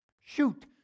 Shoot